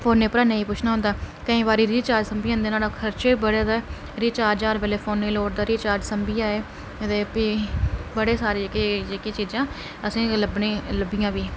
फोनें उप्पारं नेईं पुच्छना होंदा केईं बारी रिचार्ज सम्भी जंदा नुआढ़े खर्च बी बड़े न रिचार्ज हर बेल्लै फनै ई लोक रिचार्ज सम्भी जाए अदे प्ही बड़ा सारे जेह्के चीजां असेंई लब्भनें ई लब्भदियां बी